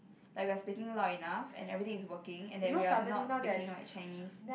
like we are speaking loud enough and everything is working and that we are not speaking like Chinese